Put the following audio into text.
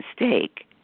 mistake